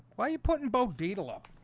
why are you putting bo dietl up